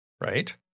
right